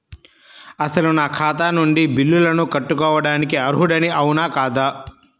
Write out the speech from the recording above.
అసలు నా ఖాతా నుండి బిల్లులను కట్టుకోవటానికి అర్హుడని అవునా కాదా?